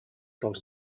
pels